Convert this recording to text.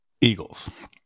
Eagles